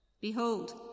Behold